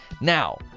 now